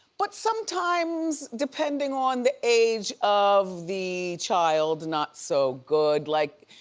but sometimes depending on the age of the child, not so good, like